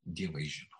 dievai žino